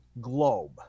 globe